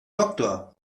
doktor